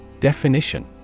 Definition